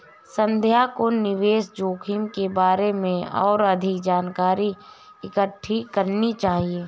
संध्या को निवेश जोखिम के बारे में और अधिक जानकारी इकट्ठी करनी चाहिए